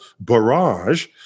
barrage